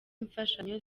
imfashanyo